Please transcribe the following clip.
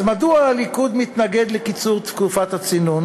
אז מדוע הליכוד מתנגד לקיצור תקופת הצינון?